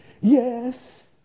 Yes